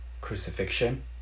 crucifixion